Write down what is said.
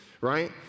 right